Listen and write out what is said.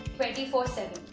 twenty four seven